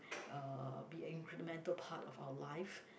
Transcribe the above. uh be an incremental part of our life